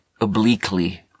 obliquely